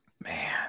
Man